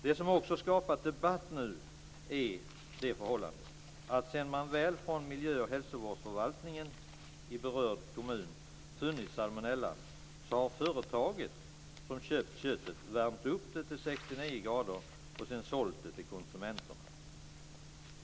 Det som också har skapat debatt är det förhållandet att sedan miljö och hälsovårdsförvaltnigen i berörd kommun funnit salmonella så har det företag som köpt köttet värmt upp det till 69 grader och sedan sålt det till konsumenterna.